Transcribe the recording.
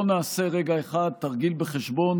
בוא נעשה רגע אחד תרגיל בחשבון,